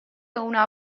una